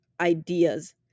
ideas